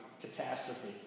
catastrophe